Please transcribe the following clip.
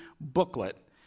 booklet